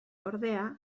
ordea